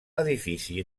edifici